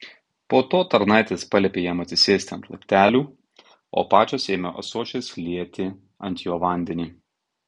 po to tarnaitės paliepė jam atsisėsti ant laiptelių o pačios ėmė ąsočiais lieti ant jo vandeni